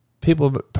People